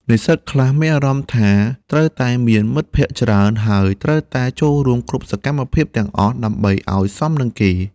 និស្សិតខ្លះមានអារម្មណ៍ថាត្រូវតែមានមិត្តភ័ក្តិច្រើន ហើយត្រូវតែចូលរួមគ្រប់សកម្មភាពទាំងអស់ដើម្បីឲ្យសមនឹងគេ។